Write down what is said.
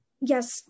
yes